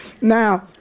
Now